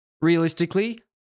realistically